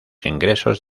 ingresos